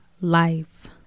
life